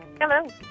Hello